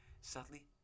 Sadly